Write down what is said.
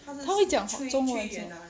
他会讲中文